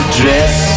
dress